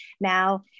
Now